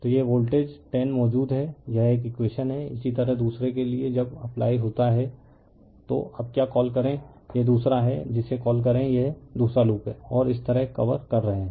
तो यह वोल्टेज 10 मौजूद है यह एक इकवेशन है इसी तरह दूसरे के लिए जब अप्लाई होता है तो अब क्या कॉल करें यह दूसरा है जिसे कॉल करें यह दूसरा लूप है और इस तरह कवर कर रहे हैं